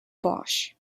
bosch